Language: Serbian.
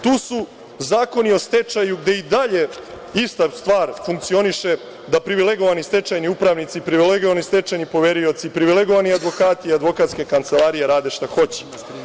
Tu su zakoni o stečaju gde i dalje ista stvar funkcioniše, da privilegovani stečajni upravnici, privilegovani stečajni poverioci, privilegovani advokati i advokatske kancelarije rade šta hoće.